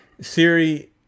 Siri